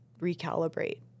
recalibrate